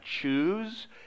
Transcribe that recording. choose